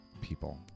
people